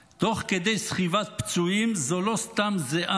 "תוך כדי סחיבת פצועים זו לא סתם זיעה,